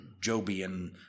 Jobian